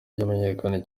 yamenyekanye